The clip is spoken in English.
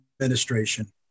administration